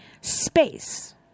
Space